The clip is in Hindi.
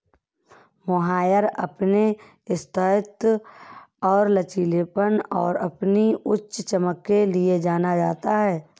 मोहायर अपने स्थायित्व और लचीलेपन और अपनी उच्च चमक के लिए जाना जाता है